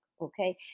okay